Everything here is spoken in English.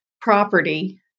property